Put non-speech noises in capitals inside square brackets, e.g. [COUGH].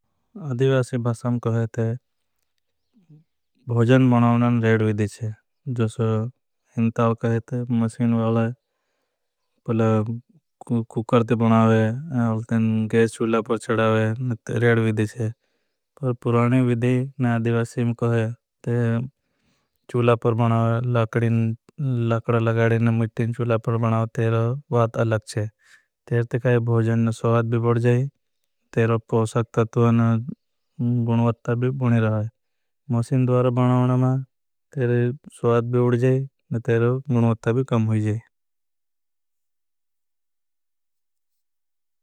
आदिवशी भासम कहे ते [HESITATION] भोजन मनावनान। रेडविदी छे जोसे हिंटाल कहे ते मसीन वाले कुकर ते बनावे। चूला पर चड़ावे न रेडविदी छे पर पुराने विदी न अधिवासी म। कहे ते चूला पर बनावे [HESITATION] लगाड़ी न मिठी। चूला पर बनावे तेरो वात अलग छे तेर ते कहे भोजन न स्वाद। भी बड़ जै पोसाक तत्वा न गुणवत्ता भी बनी रहे मसीन द्वार। बनावना मा तेरे स् बनवत्ता भी कम हो जाए।